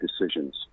decisions